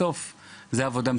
בסוף זו העבודה.